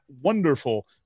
wonderful